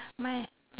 my